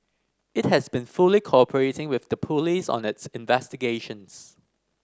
it has been fully cooperating with the police on its investigations